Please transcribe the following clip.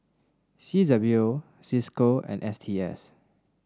C W O Cisco and S T S